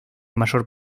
mayor